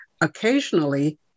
occasionally